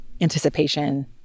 anticipation